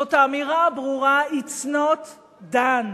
זאת האמירה הברורה: It's not done.